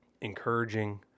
encouraging